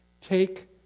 Take